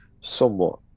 somewhat